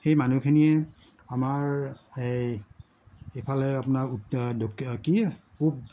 সেই মানুহখিনি আমাৰ এই এইফালে আপোনাৰ কি পূব